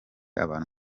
abantu